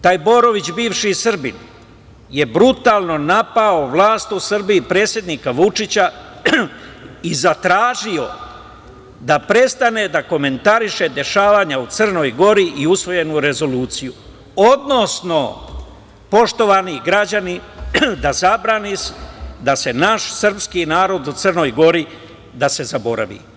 Taj Borović, bivši Srbin, je brutalno napao vlast u Srbiji, predsednika Vučića i zatražio da prestane da komentariše dešavanja u Crnoj Gori i usvojenu rezoluciju, odnosno, poštovani građani, da zabrani da se naš srpski narod u Crnoj Gori da se zaboravi.